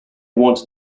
wanted